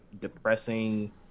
depressing